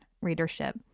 readership